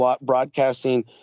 broadcasting